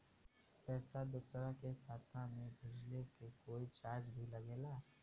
पैसा दोसरा के खाता मे भेजला के कोई चार्ज भी लागेला?